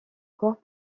corps